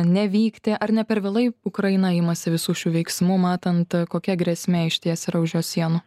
nevykti ar ne per vėlai ukraina imasi visų šių veiksmų matant kokia grėsmė išties yra už jos sienų